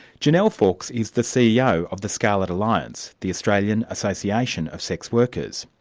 janelle fawkes is the ceo of the scarlet alliance, the australian association of sex workers.